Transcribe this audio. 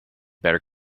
better